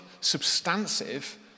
substantive